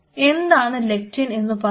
എന്താണ് ലെക്റ്റിൻ എന്ന് പറയുന്നത്